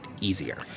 easier